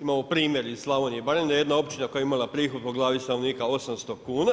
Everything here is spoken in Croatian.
Imamo primjer iz Slavonije i Baranje da jedna općina koja je imala prihod po glavi stanovnika 800 kuna